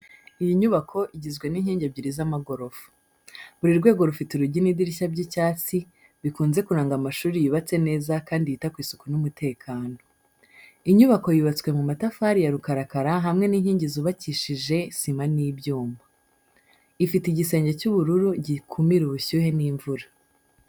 Iyi nyubako igizwe n’inkingi ebyiri z’amagorofa. Buri rwego rufite urugi n’idirishya by’icyatsi, bikunze kuranga amashuri yubatse neza kandi yita ku isuku n’umutekano. Inyubako yubatswe mu matafari ya rukarakara hamwe n’inkingi zubakishije sima n'ibyuma. Ifite igisenge cy’ubururu gikumira ubushyuhe n’imvura.